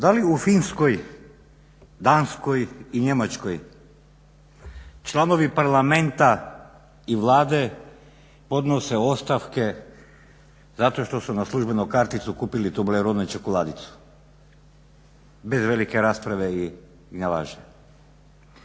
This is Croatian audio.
da li u Finskoj, Danskoj i Njemačkoj članovi parlamenta i Vlade podnose ostavke zato što su na službenu karticu kupili Toblerone čokoladicu bez velike rasprave i gnjavaže.